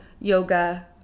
yoga